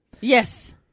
Yes